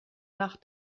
nach